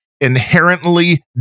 inherently